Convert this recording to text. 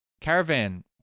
caravan